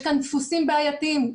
יש כאן דפוסים בעייתיים.